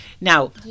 Now